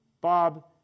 Bob